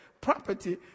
property